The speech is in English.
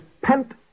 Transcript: pent